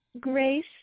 Grace